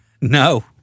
no